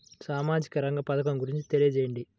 సామాజిక రంగ పథకం గురించి తెలియచేయండి?